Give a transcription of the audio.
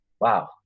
Wow